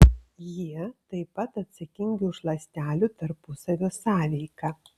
jie taip pat atsakingi už ląstelių tarpusavio sąveiką